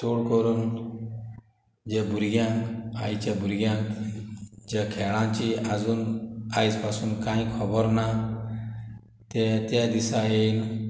चोड कोरून जे भुरग्यांक आयच्या भुरग्यांक ज्या खेळांची आजून आयज पासून कांय खोबोर ना ते त्या दिसा येयन